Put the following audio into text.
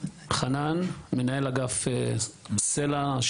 מנהל אגף סל"ע,